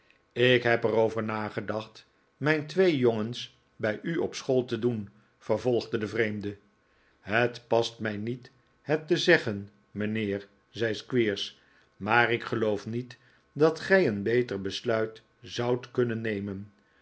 ik heb er over gedacht mijn twee jongens bij u op school te doen vervolgde de vreemde het past mij niet het te zeggen mijnheer zei squeers maar ik geloof niet dat gij een beter besluit zoudt kunnen nemen